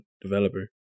developer